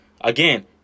Again